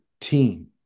team